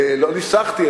לא ניסחתי,